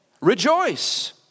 rejoice